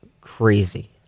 crazy